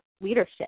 leadership